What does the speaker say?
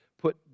put